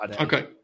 Okay